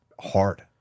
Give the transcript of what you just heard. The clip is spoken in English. hard